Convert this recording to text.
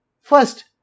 first